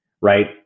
right